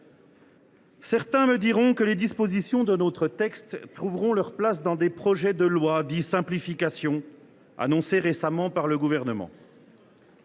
Certains me diront que les dispositions de notre texte trouveront leur place dans les projets de loi dits « de simplification » annoncés récemment par le Gouvernement.